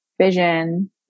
vision